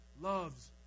loves